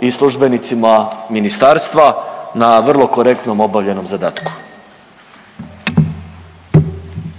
i službenicima ministarstva na vrlo korektno obavljenom zadatku.